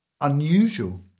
unusual